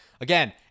again